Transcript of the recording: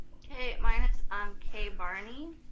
okay, mine is um k barney.